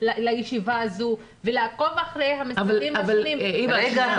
לישיבה הזו ולעקוב אחרי ה- -- אבל היבה --- רגע,